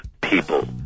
people